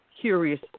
curious